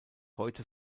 heute